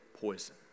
poison